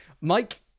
Mike